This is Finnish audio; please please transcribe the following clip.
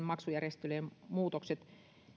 maksujärjestelyjen muutokset